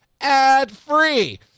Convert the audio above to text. ad-free